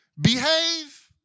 behave